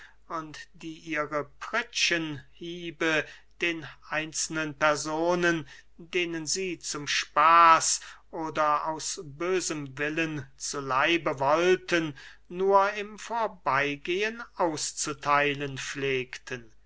und die ihre pritschenhiebe den einzelnen personen denen sie zum spaß oder aus bösem willen zu leibe wollten nur im vorbeygehen auszutheilen pflegten